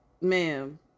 ma'am